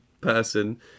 person